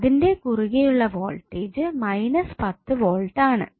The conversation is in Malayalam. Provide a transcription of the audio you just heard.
അതിന്റെ കുറുകെയുള്ള വോൾട്ടേജ് 10 വോൾട്ട് ആണ്